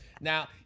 Now